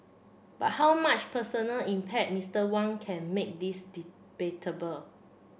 but how much personal impact Mister Wang can make is debatable